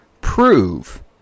prove